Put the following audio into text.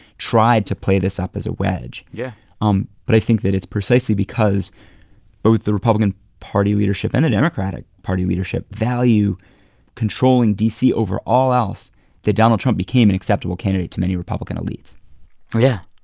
tried to play this up as a wedge yeah um but i think that it's precisely because both the republican party leadership and the democratic party leadership value controlling d c. over all else that donald trump became an acceptable candidate to many republican elites yeah,